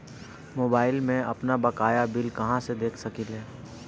Mobile में आपनबकाया bill कहाँसे देख सकिले?